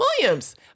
Williams